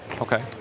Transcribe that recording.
Okay